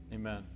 Amen